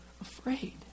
afraid